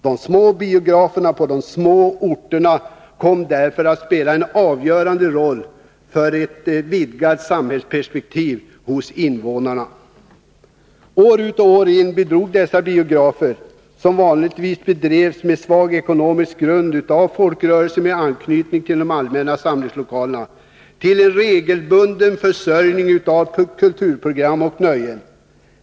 De små biograferna på de små orterna kom därför att spela en avgörande roll för att vidga samhällsperspektivet hos invånarna. År ut och år in bidrog dessa biografer — som vanligtvis drevs på svag ekonomisk grund av folkrörelser med anknytning till allmänna samlingslokaler — till en regelbunden försörjning av kulturprogram och nöjen.